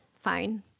Fine